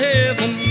Heaven